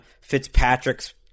Fitzpatrick's